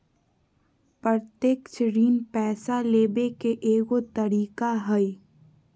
प्रत्यक्ष ऋण पैसा लेबे के एगो तरीका हइ